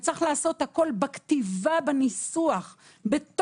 צריך לעשות הכול בניסוח החוק,